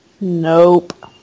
nope